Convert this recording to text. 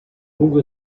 lungo